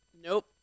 Nope